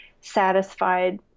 satisfied